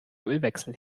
ölwechsel